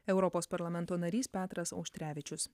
europos parlamento narys petras auštrevičius